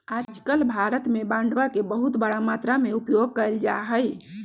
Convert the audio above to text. आजकल भारत में बांडवा के बहुत बड़ा मात्रा में उपयोग कइल जाहई